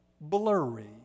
blurry